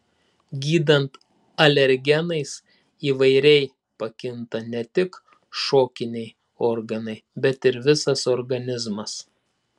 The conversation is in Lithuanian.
gydant alergenais įvairiai pakinta ne tik šokiniai organai bet ir visas organizmas